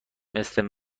مثل